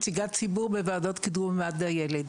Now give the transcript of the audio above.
נציגת ציבור בוועדות קידום מעמד הילד.